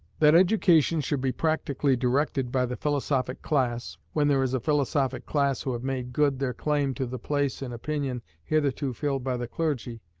that education should be practically directed by the philosophic class, when there is a philosophic class who have made good their claim to the place in opinion hitherto filled by the clergy,